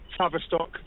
Tavistock